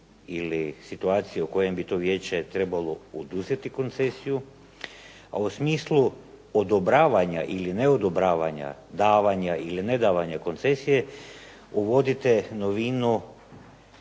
ili situacije u kojim bi to vijeće trebalo oduzeti koncesiju, a u smislu odobravanja ili neodobravanja, davanja ili nedavanja koncesije, uvodite novinu